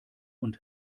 und